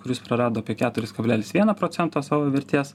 kuris prarado apie keturis kablelis vieną procento savo vertės